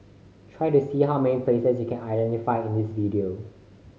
try to see how many places you can identify in this video